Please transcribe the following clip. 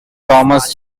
thomas